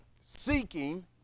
seeking